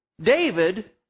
David